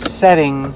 setting